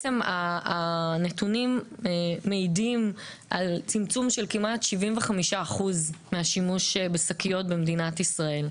הנתונים בעצם מעידים על צמצום של כמעט 75% מהשימוש בשקיות במדינת ישראל.